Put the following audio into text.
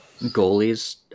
goalies